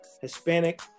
Hispanic